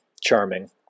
charming